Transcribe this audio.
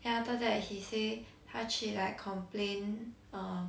then after that he say 他去 like complain uh